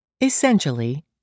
Essentially